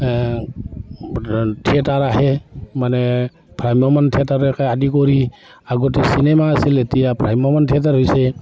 theatre আহে মানে ভ্ৰাম্যমান থিয়েটাৰকে আদি কৰি আগতে চিনেমা আছিল এতিয়া ভ্ৰাম্যমান থিয়েটাৰ হৈছে